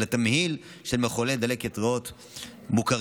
אלא תמהיל של מחוללי דלקת ריאות מוכרים.